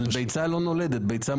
אתם